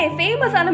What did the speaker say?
famous